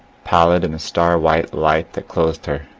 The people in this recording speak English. pallid in the star-white light that clothed her.